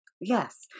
yes